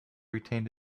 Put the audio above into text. retained